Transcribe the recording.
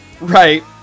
Right